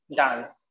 dance